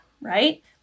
right